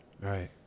Right